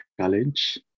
college